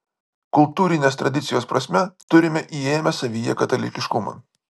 kultūrinės tradicijos prasme turime įėmę savyje katalikiškumą